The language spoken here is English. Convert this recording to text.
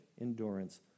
endurance